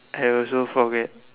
I also forget